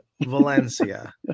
Valencia